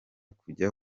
kujya